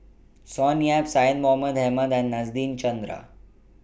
Sonny Yap Syed Mohamed Ahmed and Nadasen Chandra